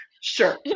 sure